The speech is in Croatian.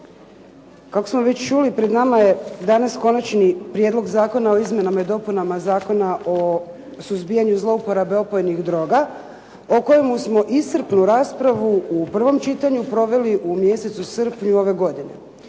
Kako smo već čuli pred nama je Konačni prijedlog Zakona o izmjenama i dopunama Zakona o suzbijanju zlouporabe opojnih droga, o kojemu smo iscrpnu raspravu u prvom čitanju proveli u mjesecu srpnju ove godine.